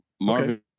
Marvin